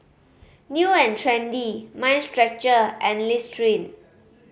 New and Trendy Mind Stretcher and Listerine